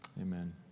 Amen